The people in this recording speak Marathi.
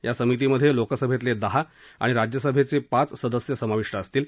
या समितीमध्ये लोकसभेतले दहा आणि राज्यसभेचे पाच सदस्य समाविष्ट असतील